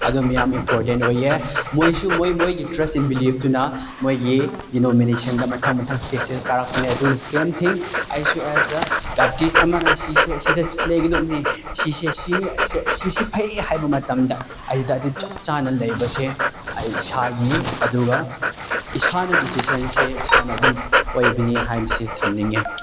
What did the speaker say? ꯑꯗꯨꯃ ꯌꯥꯝ ꯏꯝꯄꯣꯔꯇꯦꯟ ꯑꯣꯏꯌꯦ ꯃꯣꯏꯁꯨ ꯃꯣꯏ ꯃꯣꯏꯒꯤ ꯇ꯭ꯔꯁ ꯑꯦꯟ ꯕꯤꯂꯤꯞꯇꯨꯅ ꯃꯣꯏꯒꯤ ꯗꯤꯅꯣꯃꯤꯅꯦꯁꯟꯗ ꯃꯊꯪ ꯃꯊꯪ ꯏꯁꯇꯦꯖꯦꯁ ꯀꯥꯔꯛꯄꯅꯦ ꯑꯗꯨꯅ ꯁꯦꯝ ꯊꯤꯡ ꯑꯩꯁꯨ ꯑꯦꯖ ꯑꯦ ꯕꯦꯞꯇꯤꯁ ꯑꯃꯅ ꯁꯤꯁꯦ ꯁꯤꯗ ꯂꯩꯒꯗꯧꯕꯅꯤ ꯁꯤꯁꯦ ꯁꯤꯅꯤ ꯁꯤꯁꯦ ꯐꯩ ꯍꯥꯏꯕ ꯃꯇꯝꯗ ꯑꯗꯨꯗ ꯑꯩꯗꯤ ꯆꯞ ꯆꯥꯅ ꯂꯩꯕꯁꯦ ꯑꯩ ꯏꯁꯥꯒꯤ ꯑꯗꯨꯒ ꯏꯁꯥꯅ ꯗꯤꯁꯤꯖꯟꯁꯦ ꯏꯁꯥꯅ ꯑꯗꯨꯝ ꯑꯣꯏꯕꯅꯤ ꯍꯥꯏꯕꯁꯦ ꯊꯝꯅꯤꯡꯉꯦ